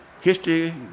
History